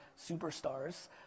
superstars